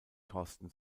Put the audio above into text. thorsten